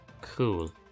Cool